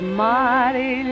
mighty